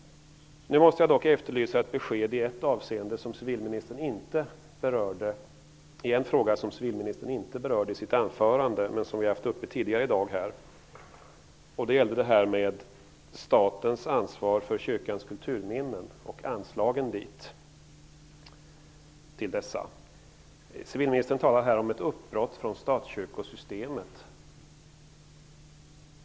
Nu måste jag dock efterlysa ett besked i en fråga som civilministern inte berörde i sitt anförande men som jag tog upp tidigare i debatten, och det gäller statens ansvar för kyrkans kulturminnen och anslagen härtill. Civilministern talar om ett uppbrott från statskyrkosystemet.